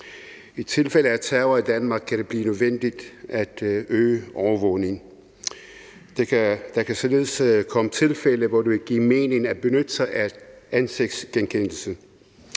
I tilfælde af terror i Danmark kan det blive nødvendigt at øge overvågningen. Der kan således komme tilfælde, hvor det vil give mening at benytte sig af ansigtsgenkendelse.